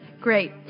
Great